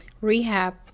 rehab